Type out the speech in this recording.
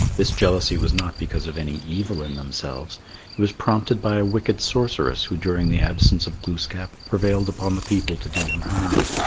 this jealousy was not because of any evil in themselves it was prompted by a wicked sorceress who during the absence of glooskap prevailed upon the people to do him harm.